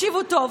תקשיבו טוב,